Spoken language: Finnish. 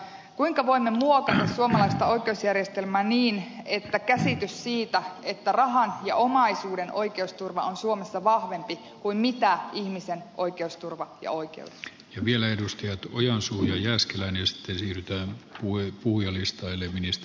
kuinka voimme muokata suomalaista oikeusjärjestelmää siitä käsityksestä että rahan ja omaisuuden oikeusturva on suomessa vahvempi kuin ihmisen oikeusturva ja oikea rivien edustaja ojansuu ja jääskeläinen sitten siirrytään huippuionista eli oikeudet